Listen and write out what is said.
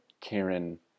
Karen